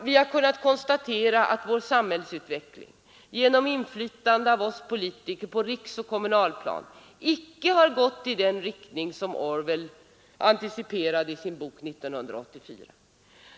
Vi kan i dag konstatera att samhällsutvecklingen — tack vare inflytandet av oss politiker på riksoch kommunalplanet — icke har gått i den riktning som Orwell anteciperade i sin bok ”1984”.